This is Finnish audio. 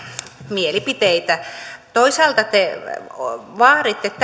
mielipiteitänne toisaalta te vaaditte täyttä faktaa